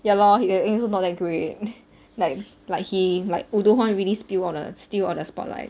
ya lor he also not that great like like he like woo do-hwan really spill all the steal all the spotlight